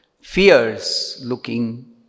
fierce-looking